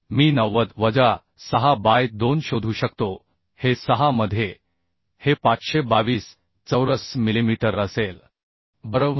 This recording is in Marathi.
मी 90 वजा 6 बाय 2 शोधू शकतो हे 6 मध्ये हे 522 चौरस मिलिमीटर असेल बरोबर